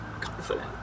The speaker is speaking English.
confident